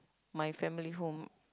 my family home